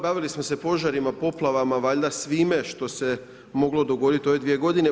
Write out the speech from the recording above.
Bavili smo se požarima, poplavama, valjda svime što se moglo dogoditi u ove dvije godine.